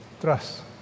Trust